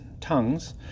tongues